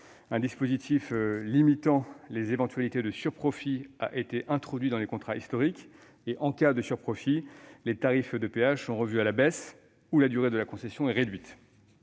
Un dispositif limitant les éventualités de surprofits a été introduit dans les contrats historiques : en cas de surprofit, les tarifs de péages sont revus à la baisse ou la durée de la concession est réduite.